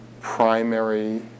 primary